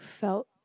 felt